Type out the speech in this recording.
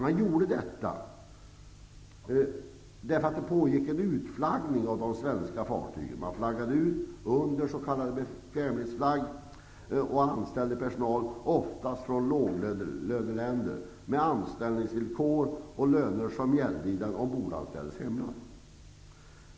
Man gjorde detta därför att det pågick en utflaggning av de svenska fartygen. Man flaggade ut under s.k. bekvämlighetsflagg och anställde personal ofta från låglöneländer, med löner och anställningsvillkor som gällde i de ombordanställdas hemland.